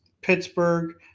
Pittsburgh